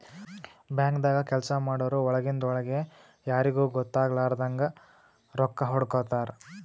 ಬ್ಯಾಂಕ್ದಾಗ್ ಕೆಲ್ಸ ಮಾಡೋರು ಒಳಗಿಂದ್ ಒಳ್ಗೆ ಯಾರಿಗೂ ಗೊತ್ತಾಗಲಾರದಂಗ್ ರೊಕ್ಕಾ ಹೊಡ್ಕೋತಾರ್